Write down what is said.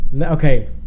Okay